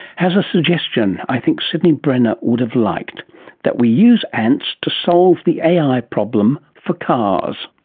has a suggestion i think sydney brenner would have liked that we use ants to solve the ai problem for cars.